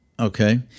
okay